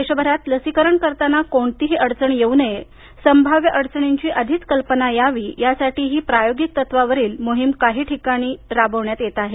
देशभरात लसीकरण करताना कोणतीही अडचण येऊ नये संभाव्य अडचणींची आधीच कल्पना यावी यासाठी ही प्रायोगिक तत्वावरील मोहीम काही निवडक ठिकाणी राबवण्यात येत आहे